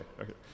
okay